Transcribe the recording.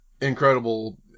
incredible